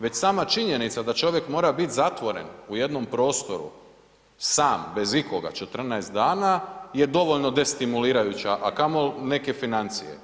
Već sama činjenica da čovjek mora biti zatvoren u jednom prostoru, sam bez ikoga 14 dana je dovoljno destimulirajuća, a kamoli neke financije.